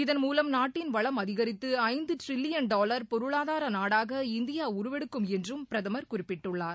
இதன் மூலம் நாட்டின் வளம் அதிகரித்து ஐந்து டிரில்லியன் டாலர் பொருளாதார நாடாக இந்தியா உருவெடுக்கும் என்றும் பிரதமர் குறிப்பிட்டுள்ளார்